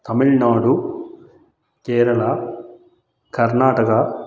Tamil Nadu Kerala Karnataka